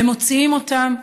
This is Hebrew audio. ומוציאים אותם,